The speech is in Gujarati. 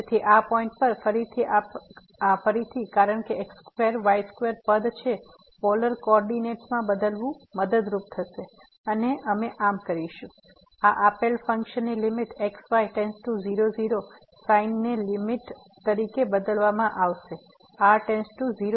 તેથી આ પોઈન્ટ પર ફરીથી કારણ કે x2 y2 પદ છે પોલર કોઓર્ડીનેટ્સ માં બદલવું મદદરૂપ થશે અને અમે આમ કરીશું આ આપેલ function limit x y → 00 sin ને લીમીટ તરીકે બદલવામાં આવશે r → 0